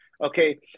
Okay